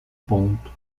ponto